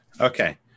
Okay